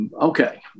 Okay